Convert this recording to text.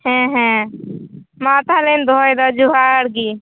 ᱦᱮᱸ ᱦᱮᱸ ᱢᱟ ᱛᱟᱦᱚᱞᱮᱧ ᱫᱚᱦᱚᱭᱮᱫᱟ ᱡᱚᱦᱟᱨᱜᱮ